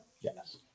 Yes